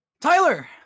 Tyler